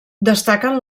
destaquen